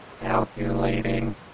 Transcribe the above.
Calculating